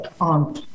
on